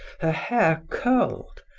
her hair curled,